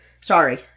Sorry